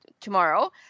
tomorrow